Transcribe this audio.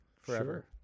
forever